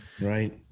Right